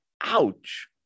Ouch